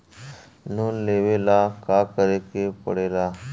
Loan लेबे ला का करे के पड़े ला?